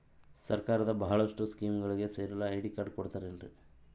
ಸರ್ಕಾರದ ಬಹಳಷ್ಟು ಸ್ಕೇಮುಗಳಿಗೆ ಸೇರಲು ಐ.ಡಿ ಕಾರ್ಡ್ ಕೊಡುತ್ತಾರೇನ್ರಿ?